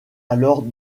alors